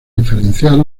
diferenciar